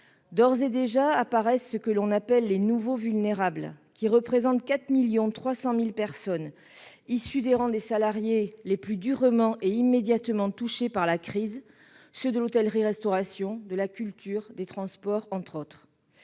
D'ores et déjà apparaissent ceux que l'on appelle les « nouveaux vulnérables », qui représentent 4,3 millions de personnes issues des rangs des salariés les plus durement et immédiatement touchés par la crise, ceux de l'hôtellerie-restauration, de la culture, des transports entre autres.